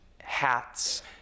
hats